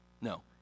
No